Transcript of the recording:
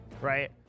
right